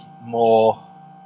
more